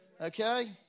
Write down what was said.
Okay